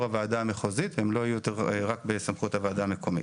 הוועדה המחוזית והן לא יהיו יותר רק בסמכויות הוועדה המקומית.